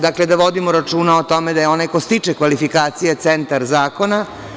Dakle, da vodimo računa o tome da je onaj ko stiče kvalifikacije centar zakona.